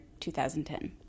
2010